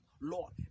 Lord